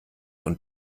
und